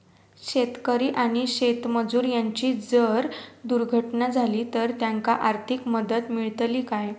शेतकरी आणि शेतमजूर यांची जर दुर्घटना झाली तर त्यांका आर्थिक मदत मिळतली काय?